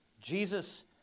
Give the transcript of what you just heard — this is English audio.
Jesus